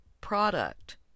product